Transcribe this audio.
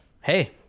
hey